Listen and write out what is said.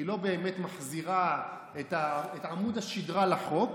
היא באמת מחזירה את עמוד השדרה לחוק,